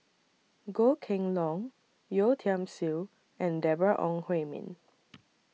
Goh Kheng Long Yeo Tiam Siew and Deborah Ong Hui Min